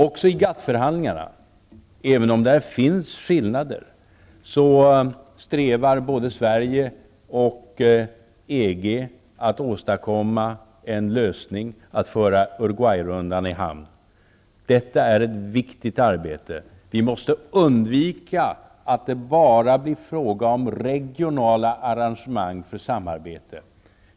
Också i GATT-förhandlingarna, även om där finns skillnader, strävar både Sverige och EG efter att åstadkomma en lösning så att Uruguayrundan kan föras i hamn. Detta är ett viktigt arbete. Vi måste undvika att det bara blir fråga om regionala arrangemang för samarbete.